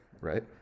right